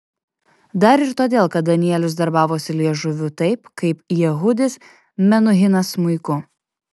dar ir todėl kad danielius darbavosi liežuviu taip kaip jehudis menuhinas smuiku